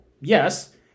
yes